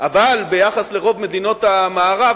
אבל ביחס לרוב מדינות המערב,